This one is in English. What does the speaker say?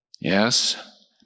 yes